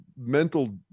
mental